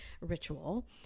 ritual